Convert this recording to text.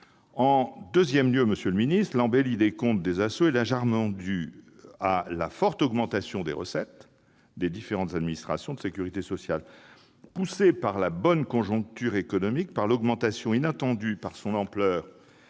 En deuxième lieu, monsieur le ministre, l'embellie des comptes des ASSO est largement due à la forte augmentation des recettes des différentes administrations de sécurité sociale. Poussées par la bonne conjoncture économique et par l'augmentation, inattendue par son ampleur,